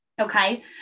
okay